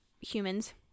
humans